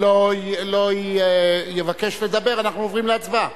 לא יבקש לדבר, אנחנו עוברים להצבעה.